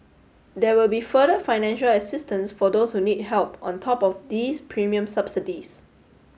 there will be further financial assistance for those who need help on top of these premium subsidies